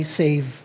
save